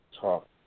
talk